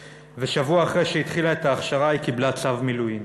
ושבוע לאחר שהתחילה את ההכשרה היא קיבלה צו מילואים.